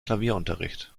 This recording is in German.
klavierunterricht